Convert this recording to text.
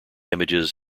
images